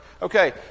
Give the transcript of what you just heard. Okay